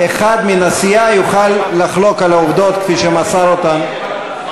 אחד מן הסיעה יוכל לחלוק על העובדות כפי שמסר אותן,